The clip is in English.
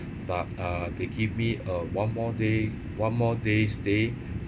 but uh they give me a one more day one more day stay